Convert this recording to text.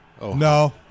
No